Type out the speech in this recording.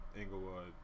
Englewood